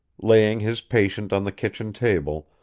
laying his patient on the kitchen table,